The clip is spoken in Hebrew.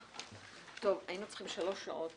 הישיבה ננעלה בשעה